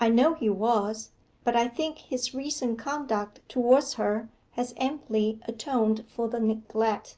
i know he was but i think his recent conduct towards her has amply atoned for the neglect